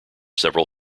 several